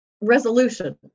resolution